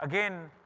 again,